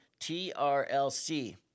TRLC